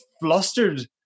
flustered